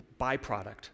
byproduct